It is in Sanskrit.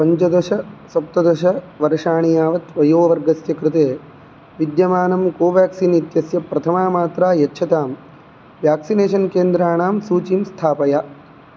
पञ्चदशसप्तदश वर्षाणि यावत् वयोवर्गस्य कृते विद्यमानं कोवेक्सिन् इत्यस्य प्रथमामात्रायच्छतां वेक्सिनेशन् केन्द्राणां सूचीं स्थापय